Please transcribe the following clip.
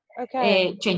Okay